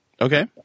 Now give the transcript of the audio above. okay